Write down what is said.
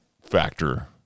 factor